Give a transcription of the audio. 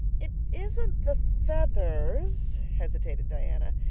it. isn't the feathers, hesitated diana.